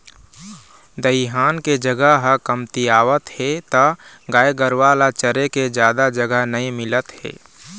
दइहान के जघा ह कमतियावत हे त गाय गरूवा ल चरे के जादा जघा नइ मिलत हे